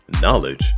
knowledge